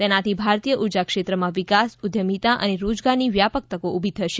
તેનાથી ભારતીય ઉર્જાક્ષેત્રમાં વિકાસ ઉદ્યમિતા અને રોજગારની વ્યાપક તકો ઉભી થશે